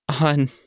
on